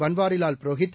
Banwarilal Purohit